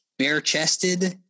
bare-chested